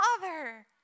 father